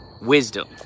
Wisdom